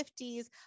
50s